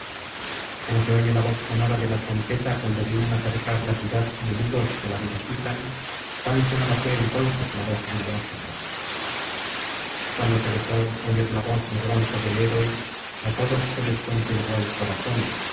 como se oye la voz sonora de la trompeta cuando vienen á cercar la ciudad enemigos que la vida quitan tan sonora fué entonces la voz del eácida cuando se dejó oir la voz de bronce del héroe á todos se les conturbó el corazón